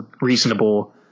reasonable